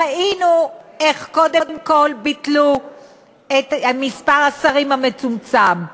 ראינו איך קודם כול ביטלו את מספר השרים המצומצם,